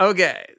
Okay